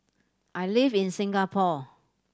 I live in Singapore